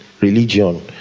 religion